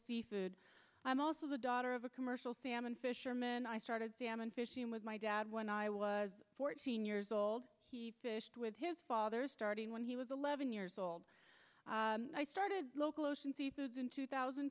seafood i'm also the daughter of a commercial salmon fisherman i started salmon fishing with my dad when i was fourteen years old he fished with his father starting when he was eleven years old i started local ocean seafoods in two thousand